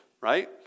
right